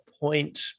point